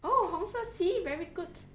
oh 红色 sea very good